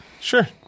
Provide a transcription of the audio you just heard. Sure